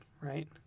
right